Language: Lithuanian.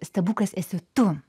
stebuklas esi tu